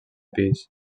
pis